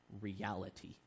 reality